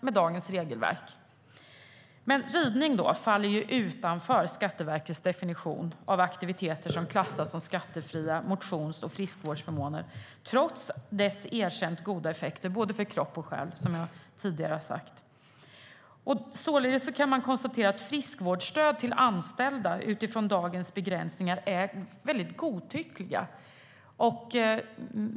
Men ridning faller utanför Skatteverkets definition av aktiviteter som klassas som skattefria motions och friskvårdsförmåner, trots dess erkänt goda effekter för både kropp och själ, som jag tidigare har sagt. Således kan man konstatera att friskvårdsstödet till anställda utifrån dagens begränsningar är väldigt godtyckligt.